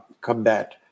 combat